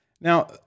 Now